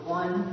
one